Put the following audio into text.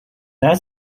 that